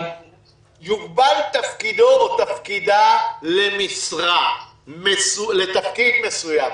יוגבל תפקידו או תפקידה לתפקיד מסוים,